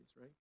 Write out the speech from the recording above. right